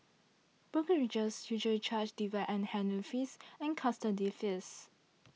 brokerages usually charge dividend handling fees and custody fees